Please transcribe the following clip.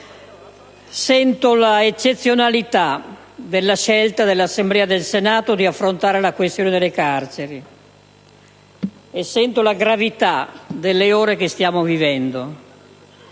sento la eccezionalità della scelta dell'Assemblea del Senato di affrontare la questione delle carceri e sento la gravità delle ore che stiamo vivendo.